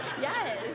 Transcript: yes